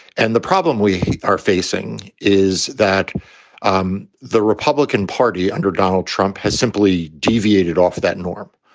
and the problem we are facing is that um the republican party under donald trump has simply deviated off of that norm.